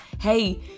Hey